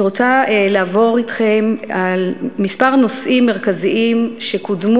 אני רוצה לעבור אתכם על מספר נושאים מרכזיים שקודמו